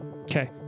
Okay